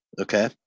Okay